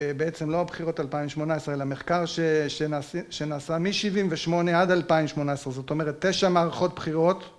בעצם לא הבחירות 2018, אלא מחקר שנעשה מ-78' עד 2018, זאת אומרת תשע מערכות בחירות